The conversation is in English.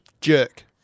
Jerk